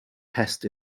pest